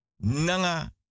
Nanga